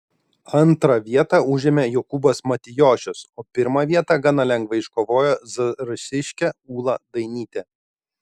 antrą vietą užėmė jokūbas matijošius o pirmą vietą gana lengvai iškovojo zarasiškė ūla dainytė